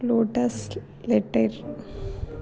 lotus ఎలెటర్